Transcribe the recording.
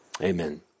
Amen